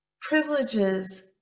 privileges